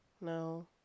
No